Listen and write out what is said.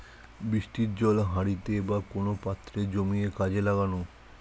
বৃষ্টির জল হাঁড়িতে বা কোন পাত্রে জমিয়ে কাজে লাগানো